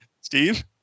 Steve